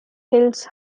hills